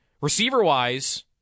receiver-wise